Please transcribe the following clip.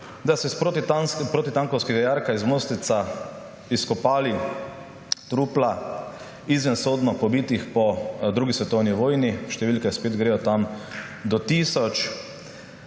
da so iz protitankovskega jarka na Mostecu izkopali trupla izvensodno pobitih po drugi svetovni vojni, številke spet gredo tam do tisoč.